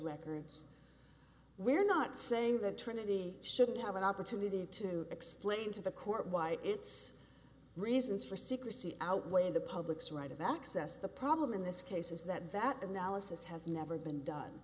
records we're not saying the trinity should have an opportunity to explain to the court why it's reasons for secrecy outweigh the public's right of access the problem in this case is that that analysis has never been done